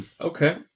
Okay